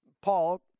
Paul